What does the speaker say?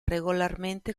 regolarmente